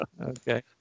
Okay